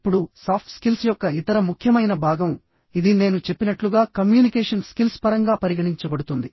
ఇప్పుడు soft skills యొక్క ఇతర ముఖ్యమైన భాగం ఇది నేను చెప్పినట్లుగా కమ్యూనికేషన్ స్కిల్స్ పరంగా పరిగణించబడుతుంది